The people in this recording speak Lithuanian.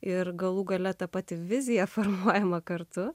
ir galų gale ta pati vizija formuojama kartu